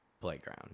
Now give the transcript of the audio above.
playground